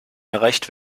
erreicht